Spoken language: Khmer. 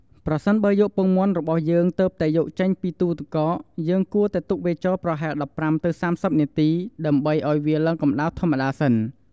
ប្រសិនបើពងមាន់របស់យើងទើបតែយកចេញពីទូទឹកកក យើងគួរតែទុកវាចោលប្រហែល ១៥ ទៅ ៣០នាទី ដើម្បីឱ្យវាឡើងកម្តៅធម្មតាសិន។